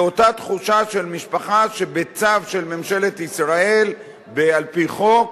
לאותה תחושה של משפחה שבצו של ממשלת ישראל ועל-פי חוק